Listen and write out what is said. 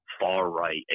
far-right